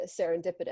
serendipitous